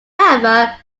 however